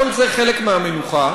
כל זה חלק מהמנוחה.